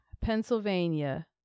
Pennsylvania